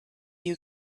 you